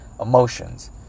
emotions